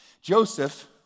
Joseph